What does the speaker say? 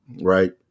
right